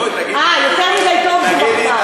אה, יותר מדי טוב זו מחמאה.